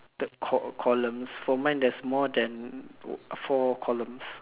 the col~ columns for mine there is more than four columns